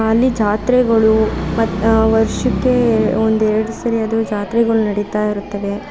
ಅಲ್ಲಿ ಜಾತ್ರೆಗಳು ಮತ್ತು ವರ್ಷಕ್ಕೆ ಒಂದು ಎರಡು ಸರಿಯಾದರೂ ಜಾತ್ರೆಗಳು ನಡೀತಾ ಇರ್ತವೆ